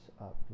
up